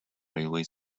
railway